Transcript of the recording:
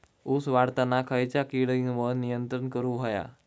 ऊस वाढताना खयच्या किडींवर नियंत्रण करुक व्हया?